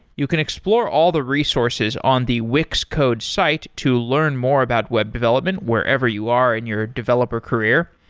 you can explore all the resources on the wix code's site to learn more about web development wherever you are in your developer career.